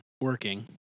working